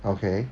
okay